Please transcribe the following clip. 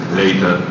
later